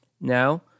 Now